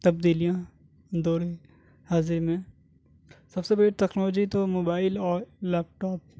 تبدیلیاں دور حاضر میں سب سے بڑی تیکنالوجی تو موبائل اور لیپٹاپ